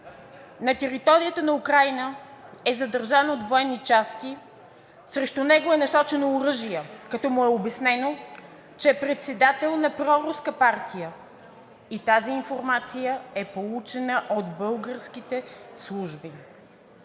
На територията на Украйна е задържан от военни части. Срещу него е насочено оръжие, като му е обяснено, че е председател на проруска партия и тази информация е получена от българските служби.